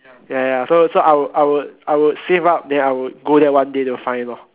ya ya so so I would I would save up then I would go there one day to find lor